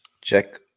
Check